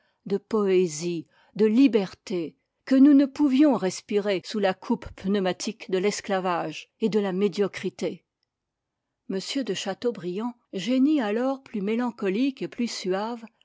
de poésie de liberté que nous ne pouvions respirer sous la coupe pneumatique de l'esclavage et de la médiocrité m de châteaubriand génie alors plus mélancolique et plus suave